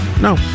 no